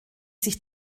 sich